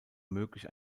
möglich